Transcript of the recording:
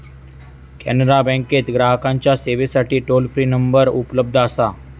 कॅनरा बँकेत ग्राहकांच्या सेवेसाठी टोल फ्री नंबर उपलब्ध असा